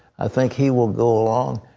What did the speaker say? i think he will go along.